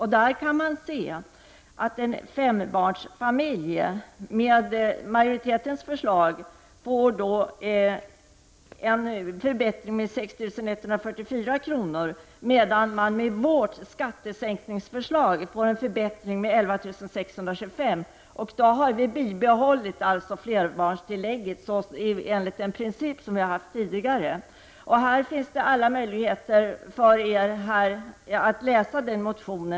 Här kan man se att en fembarnsfamilj enligt majoritetens förslag får en förbättring med 6 144 kr., medan förbättringen enligt vårt skattesänkningsförslag uppgår till 11 625 kr. Då har vi också bibehållit flerbarnstillägget enligt den tidigare principen. Här finns det alla möjligheter att läsa vår motion.